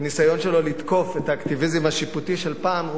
בניסיון שלו לתקוף את האקטיביזם השיפוטי של פעם,